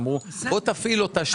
אמרו שאפעיל אותה.